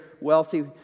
wealthy